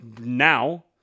Now